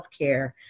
healthcare